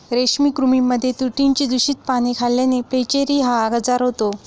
रेशमी कृमींमध्ये तुतीची दूषित पाने खाल्ल्याने फ्लेचेरी हा आजार होतो